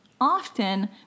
often